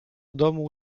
domu